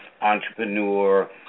entrepreneur